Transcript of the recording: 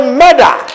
murder